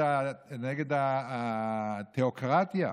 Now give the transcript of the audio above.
נגד התיאוקרטיה,